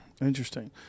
Interesting